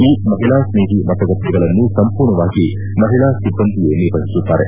ಈ ಮಹಿಳಾ ಸ್ನೇಹಿ ಮತಗಟ್ಟೆಗಳನ್ನು ಸಂಪೂರ್ಣವಾಗಿ ಮಹಿಳಾ ಸಿಬ್ಬಂದಿಯೇ ನಿರ್ವಹಿಸುತ್ತಾರೆ